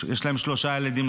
יש להם שלושה ילדים,